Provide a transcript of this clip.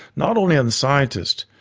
not only on the scientist,